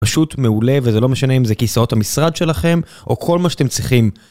פשוט מעולה, וזה לא משנה אם זה כיסאות המשרד שלכם או כל מה שאתם צריכים.